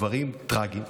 דברים טרגיים.